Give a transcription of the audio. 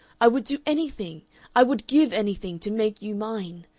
i would do anything i would give anything to make you mine.